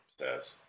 says